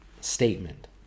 statement